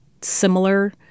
similar